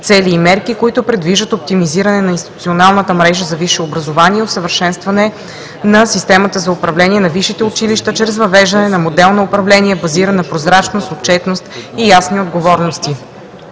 цели и мерки, които предвиждат оптимизиране на институционалната мрежа за висше образование и усъвършенстване на системата за управление на висшите училища чрез въвеждане на модел на управление, базиран на прозрачност, отчетност и ясни отговорности.